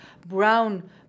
brown